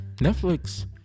netflix